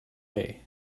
day